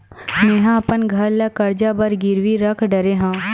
मेहा अपन घर ला कर्जा बर गिरवी रख डरे हव